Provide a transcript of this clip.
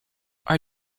are